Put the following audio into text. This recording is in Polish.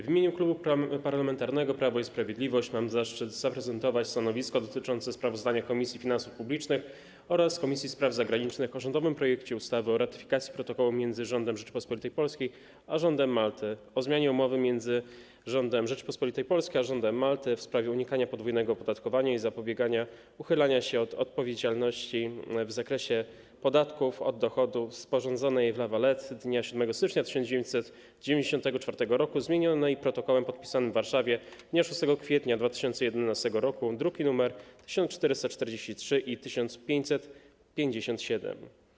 W imieniu Klubu Parlamentarnego Prawo i Sprawiedliwość mam zaszczyt zaprezentować stanowisko dotyczące sprawozdania Komisji Finansów Publicznych oraz Komisji Spraw Zagranicznych o rządowym projekcie ustawy o ratyfikacji Protokołu między Rządem Rzeczypospolitej Polskiej a Rządem Malty o zmianie Umowy między Rządem Rzeczypospolitej Polskiej a Rządem Malty w sprawie unikania podwójnego opodatkowania i zapobiegania uchylaniu się od odpowiedzialności w zakresie podatków od dochodu, sporządzonej w La Valetta dnia 7 stycznia 1994 roku, zmienionej Protokołem podpisanym w Warszawie dnia 6 kwietnia 2011 roku, druki nr 1443 i 1557.